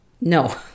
No